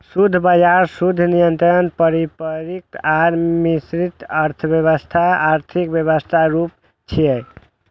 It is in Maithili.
शुद्ध बाजार, शुद्ध नियंत्रित, पारंपरिक आ मिश्रित अर्थव्यवस्था आर्थिक व्यवस्थाक रूप छियै